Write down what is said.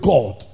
God